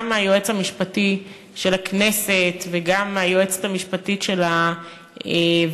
גם מהיועץ המשפטי של הכנסת וגם מהיועצת המשפטית של הוועדה,